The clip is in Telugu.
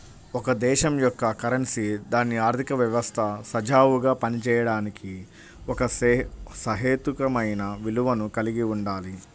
ఒక దేశం యొక్క కరెన్సీ దాని ఆర్థిక వ్యవస్థ సజావుగా పనిచేయడానికి ఒక సహేతుకమైన విలువను కలిగి ఉండాలి